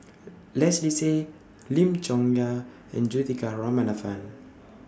Leslie Tay Lim Chong Yah and Juthika Ramanathan